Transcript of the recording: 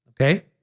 okay